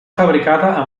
fabricada